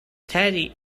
teddy